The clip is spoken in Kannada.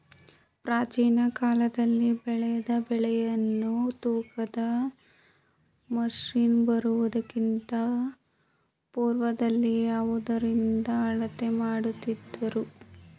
ಪ್ರಾಚೀನ ಕಾಲದಲ್ಲಿ ಬೆಳೆದ ಬೆಳೆಗಳನ್ನು ತೂಕದ ಮಷಿನ್ ಬರುವುದಕ್ಕಿಂತ ಪೂರ್ವದಲ್ಲಿ ಯಾವುದರಿಂದ ಅಳತೆ ಮಾಡುತ್ತಿದ್ದರು?